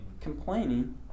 Complaining